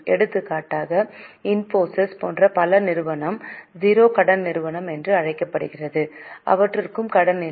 எடுத்துக்காட்டாக இன்ஃபோசிஸ்இinfosys போன்ற பல நிறுவனம் 0 கடன் நிறுவனம் என்று அழைக்கப்படுகிறது அவற்றுக்கும் கடன் இல்லை